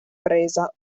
presa